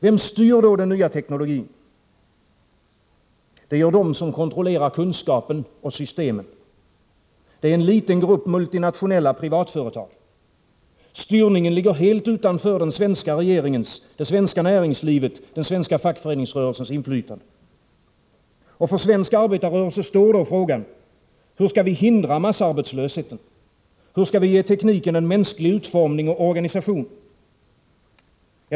Vem styr då den nya teknologin? Det gör de som kontrollerar kunskapen och systemen. Det är en liten grupp multinationella privatföretag. Styrningen ligger utanför den svenska regeringens, det svenska näringslivets och den svenska fackföreningsrörelsens inflytande. För svensk arbetarrörelse står då frågan: Hur skall vi hindra massarbetslösheten, hur skall vi ge tekniken en mänsklig utformning och organisation?